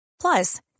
Plus